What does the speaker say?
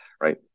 right